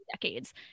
decades